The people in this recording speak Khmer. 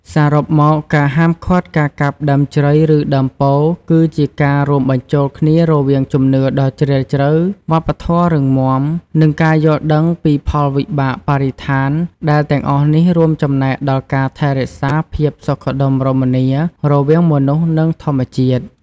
សរុបមក ការហាមឃាត់ការកាប់ដើមជ្រៃ ឬដើមពោធិ៍ គឺជាការរួមបញ្ចូលគ្នារវាងជំនឿដ៏ជ្រាលជ្រៅ វប្បធម៌រឹងមាំ និងការយល់ដឹងពីផលវិបាកបរិស្ថាន ដែលទាំងអស់នេះរួមចំណែកដល់ការថែរក្សាភាពសុខដុមរមនារវាងមនុស្ស និងធម្មជាតិ។